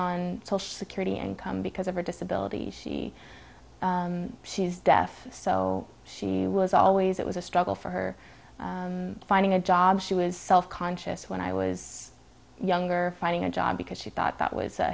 on social security income because of her disability she she's deaf so she was always it was a struggle for her finding a job she was self conscious when i was younger finding a job because she thought that was a